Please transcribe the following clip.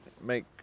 make